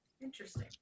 Interesting